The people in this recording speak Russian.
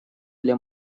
для